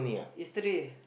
yesterday